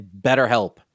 BetterHelp